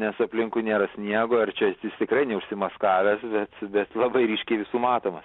nes aplinkui nėra sniego ir čia jis jis tikrai neužsimaskavęs bet bet labai ryškiai visų matomas